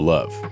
Love